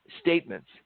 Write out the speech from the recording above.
statements